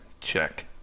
check